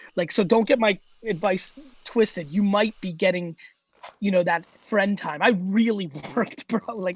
like so don't get my advice twisted. you might be getting you know that friend time. i really worked bro. like